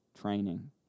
training